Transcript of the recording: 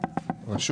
בבקשה.